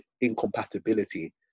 incompatibility